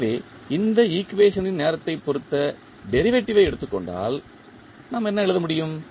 எனவே இந்த ஈக்குவேஷன் ன் நேரத்தை பொறுத்த டெரிவேட்டிவ் ஐ எடுத்துக் கொண்டால் நாம் என்ன எழுத முடியும்